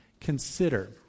consider